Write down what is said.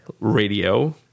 radio